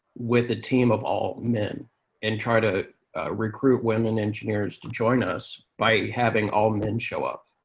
with a team of all men and try to recruit women engineers to join us by having all men show up.